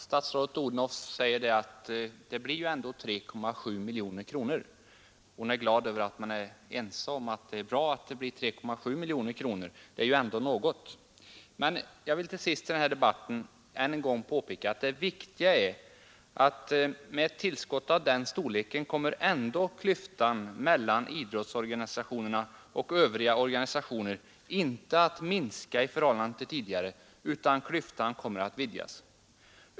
Herr talman! Statsrådet Odhnoff är glad över att man är ense om att det är bra att det blir ett tilläggsanslag — det är ju ändå något. Jag vill till sist i den här debatten än en gång påpeka att det viktiga är att med ett tillskott av den blygsamma storleken kommer ändå klyftan mellan idrottsorganisationerna och övriga organisationer inte att minska, utan klyftan kommer att vidgas.